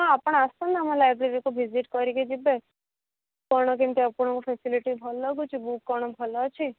ହଁ ଆପଣ ଆସନ୍ତୁ ଆମ ଲାଇବ୍ରେରୀକୁ ଭିଜିଟ୍ କରିକି ଯିବେ କ'ଣ କେମିତି ଆପଣଙ୍କୁ ଫ୍ୟାସିଲିଟି ଭଲ ଲାଗୁଛି ବୁକ୍ କ'ଣ ଭଲ ଅଛି